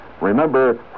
remember